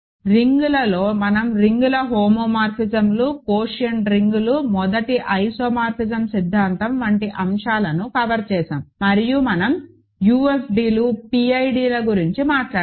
రింగ్లలో మనం రింగ్ల homomorphisms quotient రింగ్లు మొదటి ఐసోమార్ఫిజం సిద్ధాంతం వంటి అంశాలను కవర్ చేసాము మరియు మనం UFDలు PIDల గురించి మాట్లాడాము